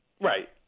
Right